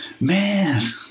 Man